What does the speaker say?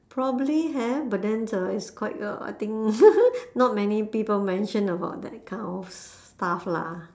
probably have but then uh it's quite uh I think not many people mention about that kind of stuff lah